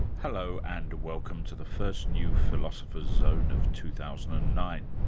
hello, and welcome to the first new philosopher's zone of two thousand and nine.